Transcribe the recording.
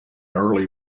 early